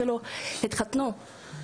אפילו מכאלה שהתחתנו.